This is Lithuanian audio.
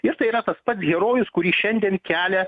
ir tai yra tas pats herojus kurį šiandien kelia